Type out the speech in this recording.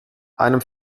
einem